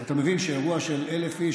שאירוע של 1,000 איש,